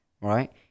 right